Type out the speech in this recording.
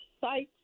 sites